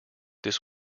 this